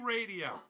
Radio